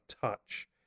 touch